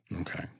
Okay